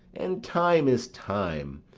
and time is time.